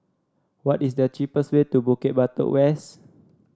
what is the cheapest way to Bukit Batok West